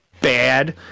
bad